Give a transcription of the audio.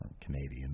Canadian